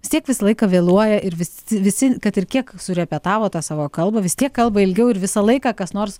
vis tiek visą laiką vėluoja ir visi visi kad ir kiek surepetavo tą savo kalbą vis tiek kalba ilgiau ir visą laiką kas nors